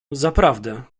zaprawdę